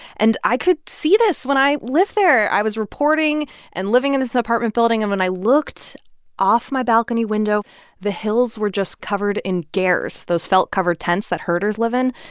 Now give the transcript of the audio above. and i could see this when i lived there. i was reporting and living in this apartment building. and when i looked off my balcony window, the hills were just covered in gers, those felt-covered tents that herders live in.